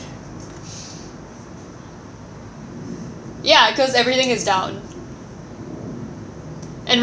ya because everything is down and